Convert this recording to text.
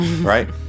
Right